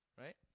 right